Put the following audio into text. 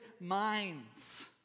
minds